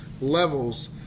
levels